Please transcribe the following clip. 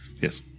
Yes